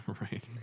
Right